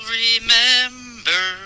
remember